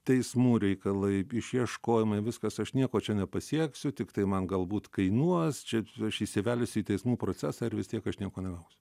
teismų reikalai išieškojimai viskas aš nieko čia nepasieksiu tiktai man galbūt kainuos čia aš įsivelsiu į teismų procesą ir vis tiek aš nieko negausiu